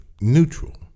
neutral